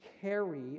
carry